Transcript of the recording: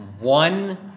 one